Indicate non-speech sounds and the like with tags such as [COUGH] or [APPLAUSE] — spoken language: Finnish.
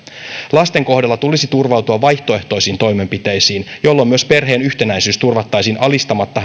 lasten kohdalla tulisi turvautua vaihtoehtoisiin toimenpiteisiin jolloin myös perheen yhtenäisyys turvattaisiin alistamatta [UNINTELLIGIBLE]